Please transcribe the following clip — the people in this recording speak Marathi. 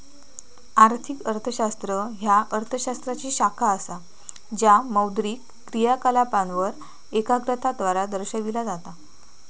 आर्थिक अर्थशास्त्र ह्या अर्थ शास्त्राची शाखा असा ज्या मौद्रिक क्रियाकलापांवर एकाग्रता द्वारा दर्शविला जाता